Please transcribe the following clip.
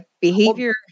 behavior